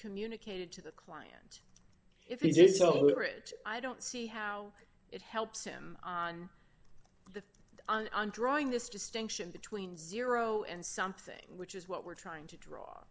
communicated to the client if it's over it i don't see how it helps him on the on on drawing this distinction between zero and something which is what we're trying to draw